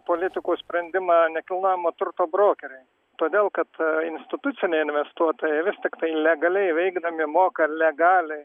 politikų sprendimą nekilnojamo turto brokeriai todėl kad instituciniai investuotojai vis tiktai legaliai veikdami moka legaliai